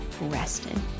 rested